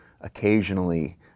occasionally